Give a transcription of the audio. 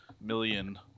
million